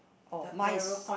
oh mine is